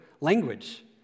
language